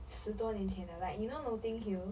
十多年前的 like you know notting hill